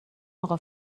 اقا